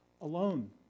alone